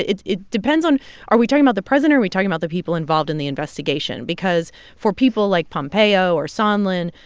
it it depends on are we talking about the president or are we talking about the people involved in the investigation? because for people like pompeo or sondland,